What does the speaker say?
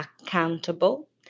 accountable